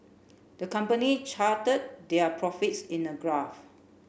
the company charted their profits in a graph